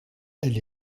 elle